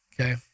Okay